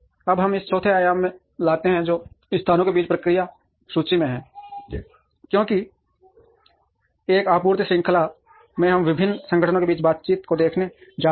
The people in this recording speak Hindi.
अब हम एक चौथे आयाम में लाते हैं जो स्थानों के बीच प्रक्रिया सूची में है क्योंकि एक आपूर्ति श्रृंखला में हम विभिन्न संगठनों के बीच बातचीत को देखने जा रहे हैं